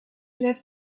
left